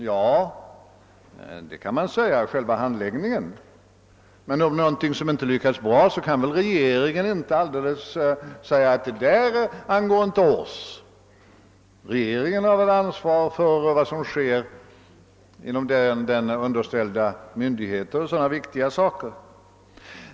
Ja, det kan man säga att själva handläggningen är, men om något viktigt inte lyckas bra kan väl inte regeringen bara säga att »det där angår inte oss». Regeringen har väl ansvar för vad som sker genom en statlig myndighet.